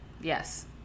Yes